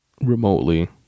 remotely